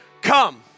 come